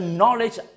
knowledge